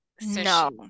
No